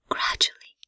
Gradually